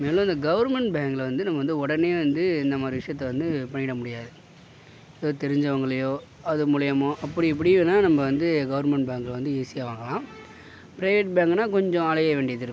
முதல்ல இந்த கவர்மெண்ட் பேங்கில் வந்து நம்ம வந்து உடனே வந்து இந்த மாதிரி விஷியத்தை வந்து பண்ணிவிட முடியாது எதோ தெரிஞ்சவங்களையோ அது மூலியமோ அப்படி இப்படி வேணா நம்ம வந்து கவர்மெண்ட் பேங்கில் வந்து ஈஸியாக வாங்கலாம் ப்ரைவேட் பேங்க்குன்னா கொஞ்சம் அலைய வேண்டியதியிருக்கும்